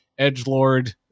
edgelord